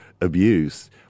abuse